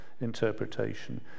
interpretation